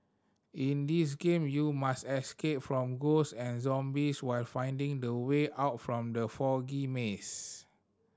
in this game you must escape from ghost and zombies while finding the way out from the foggy maze